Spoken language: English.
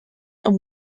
and